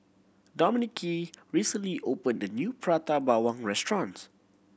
Dominique recently opened a new Prata Bawang restaurant